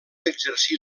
exercir